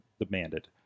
Demanded